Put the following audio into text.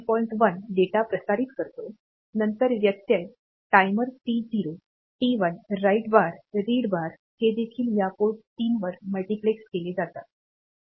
1 data प्रसारित करतो नंतर व्यत्यय टायमर टी 0 टी 1राइट बार रीड बार हे देखील या पोर्ट 3 वर मल्टिप्लेक्स केले जातात